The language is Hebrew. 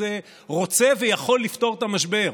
רוצה ויכול לפתור את המשבר,